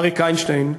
אריק איינשטיין,